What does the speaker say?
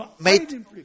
made